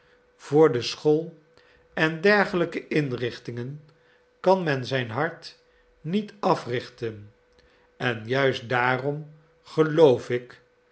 voor de school en dergelijke inrichtingen kan men zijn hart niet africhten en juist daarom geloof ik